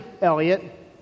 Elliot